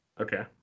Okay